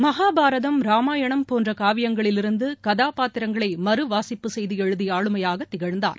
மகாபாரதம் ராமாயணம் போன்ற காவியங்களிலிருந்து கதாபாத்திரங்களை மறுவாசிப்பு செய்து எழுதிய ஆளுமையாக திகழ்ந்தார்